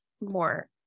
more